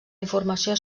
informació